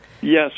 Yes